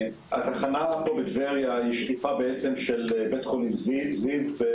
התחנה פה בטבריה היא בעצם שלוחה של בית חולים זיו בצפת,